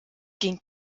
ging